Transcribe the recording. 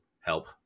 help